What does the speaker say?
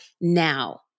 now